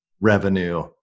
revenue